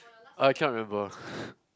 I cannot remember